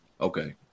Okay